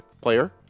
player